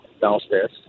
downstairs